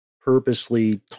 purposely